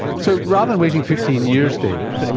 so, rather than waiting fifteen years, david, and